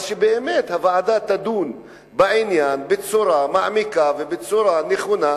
אבל אני מבקש שהוועדה באמת תדון בעניין בצורה מעמיקה ובצורה נכונה,